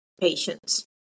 patients